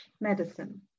medicine